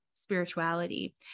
spirituality